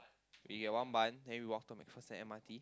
we get one bun then we walk to MacPherson M_R_T